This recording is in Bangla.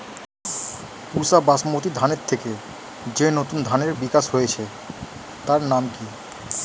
পুসা বাসমতি ধানের থেকে যে নতুন ধানের বিকাশ হয়েছে তার নাম কি?